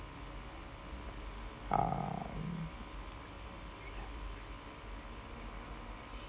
um